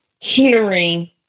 hearing